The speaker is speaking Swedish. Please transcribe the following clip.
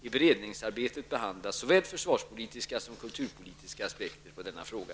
I beredningsarbetet behandlas såväl försvarspolitiska som kulturpolitiska aspekter på denna fråga.